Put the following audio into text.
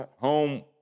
home